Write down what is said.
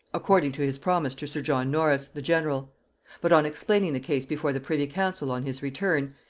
according to his promise to sir john norris, the general but on explaining the case before the privy-council on his return,